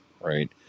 right